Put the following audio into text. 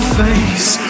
face